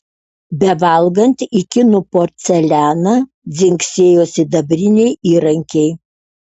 bevalgant į kinų porcelianą dzingsėjo sidabriniai įrankiai